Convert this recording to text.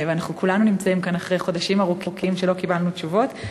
ואנחנו כולנו נמצאים כאן אחרי חודשים ארוכים שבהם לא קיבלנו תשובות,